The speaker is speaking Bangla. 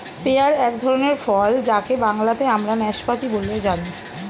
পেয়ার এক ধরনের ফল যাকে বাংলাতে আমরা নাসপাতি বলে জানি